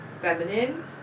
feminine